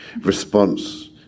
response